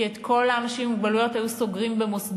כי את כל האנשים עם מוגבלויות היו סוגרים במוסדות